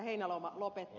heinäluoma lopetti